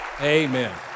Amen